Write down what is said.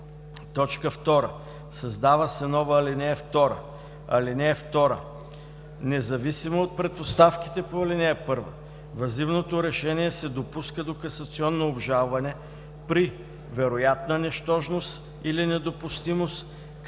2. Създава се нова ал. 2: „(2) Независимо от предпоставките по ал. 1 въззивното решение се допуска до касационно обжалване при вероятна нищожност или недопустимост,